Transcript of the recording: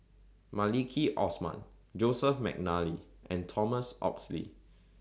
Maliki Osman Joseph Mcnally and Thomas Oxley